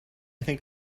think